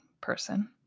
person